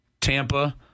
Tampa